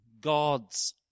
God's